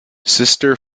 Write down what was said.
sister